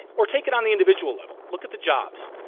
or take it on the individual level. look at the jobs.